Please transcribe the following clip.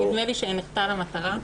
נדמה לי שנחטא למטרה.